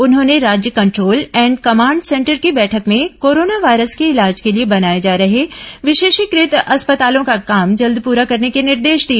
उन्होंने राज्य control and command centre की बैठक में कोरोना वायरस के इलाज के लिए बनाए जा रहे विशेषीकृत अस्पतालों का काम जल्द पूरा करने के निर्देश दिए